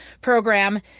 program